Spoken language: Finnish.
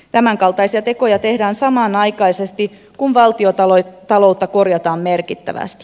tämänkaltaisia tekoja tehdään samanaikaisesti kun valtiontaloutta korjataan merkittävästi